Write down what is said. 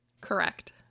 Correct